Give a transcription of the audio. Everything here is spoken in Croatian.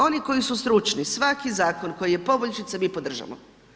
Oni koji su stručni, svaki zakon koji je poboljšica, mi podržavamo.